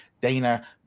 Dana